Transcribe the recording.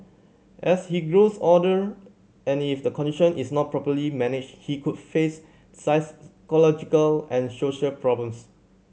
as he grows older and if the condition is not properly managed he could face psychological and social problems